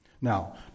Now